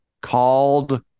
called